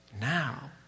now